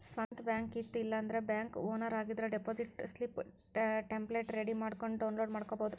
ಸ್ವಂತ್ ಬ್ಯಾಂಕ್ ಇತ್ತ ಇಲ್ಲಾಂದ್ರ ಬ್ಯಾಂಕ್ ಓನರ್ ಆಗಿದ್ರ ಡೆಪಾಸಿಟ್ ಸ್ಲಿಪ್ ಟೆಂಪ್ಲೆಟ್ ರೆಡಿ ಮಾಡ್ಕೊಂಡ್ ಡೌನ್ಲೋಡ್ ಮಾಡ್ಕೊಬೋದು